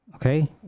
okay